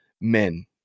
men